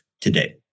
today